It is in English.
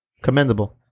Commendable